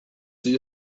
sie